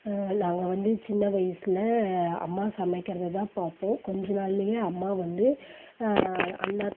இல்லை அங்கே வந்து சின்ன வயசில் அம்மா சமைக்கிறதை தான் பார்ப்போம் கொஞ்ச நாள்லேயே அம்மா வந்து அண்ணா